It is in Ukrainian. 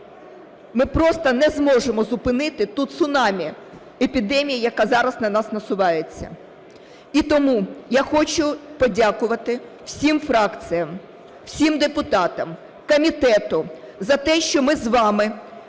ми просто не зможемо зупинити те цунамі епідемії, яка зараз на нас насувається. І тому я хочу подякувати всім фракціям, всім депутатам, комітету за те, що ми з вами